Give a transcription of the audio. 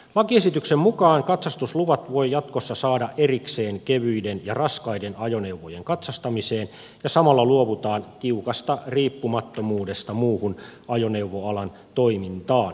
lakiesityksen mukaan katsastusluvat voi jatkossa saada erikseen kevyiden ja raskaiden ajoneuvojen katsastamiseen ja samalla luovutaan tiukasta riippumattomuudesta muuhun ajoneuvoalan toimintaan